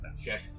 Okay